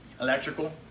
electrical